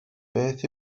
beth